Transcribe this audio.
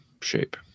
shape